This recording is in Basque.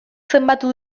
zenbatu